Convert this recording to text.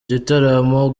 gitaramo